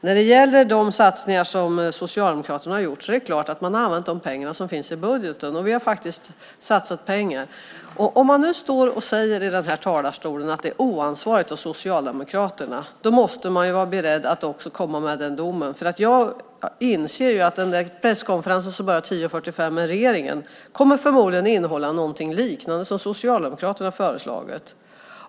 När det gäller de satsningar som Socialdemokraterna har gjort har man självklart använt de pengar som finns i budgeten. Vi har faktiskt satsat pengar. Står man i talarstolen och säger att det är oansvarigt av Socialdemokraterna måste man vara beredd att också komma med den domen. Jag inser att presskonferensen som börjar kl. 10.45 med regeringen förmodligen kommer att innehålla något liknande det Socialdemokraterna föreslagit.